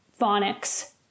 phonics